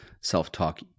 self-talk